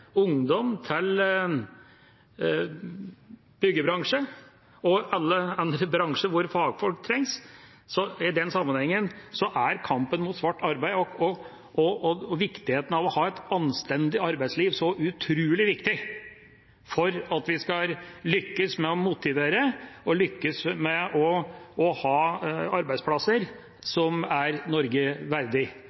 ungdom til byggebransjen og alle andre bransjer hvor fagfolk trengs, er kampen mot svart arbeid og det å ha et anstendig arbeidsliv så utrolig viktig – for at vi skal lykkes med å motivere og lykkes med å ha arbeidsplasser som er Norge verdig.